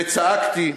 וצעקתי,